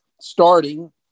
starting